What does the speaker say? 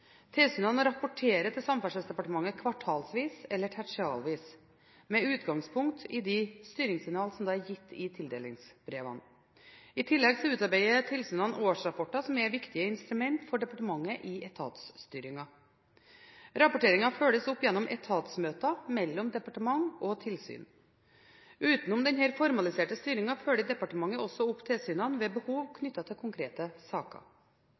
Tilsynene rapporterer til Samferdselsdepartementet kvartals- eller tertialvis med utgangspunkt i de styringssignalene som gis i tildelingsbrevene. I tillegg utarbeider tilsynene årsrapporter, som er et viktig instrument for departementet i etatsstyringen. Rapporteringen følges opp gjennom etatsmøter mellom departement og tilsyn. Utenom denne formaliserte styringen følger departementet opp tilsynene ved behov knyttet til konkrete saker.